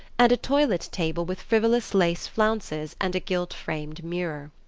and a toilet-table with frivolous lace flounces and a gilt-framed mirror.